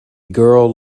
girl